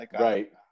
Right